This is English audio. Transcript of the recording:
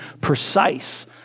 precise